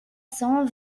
cent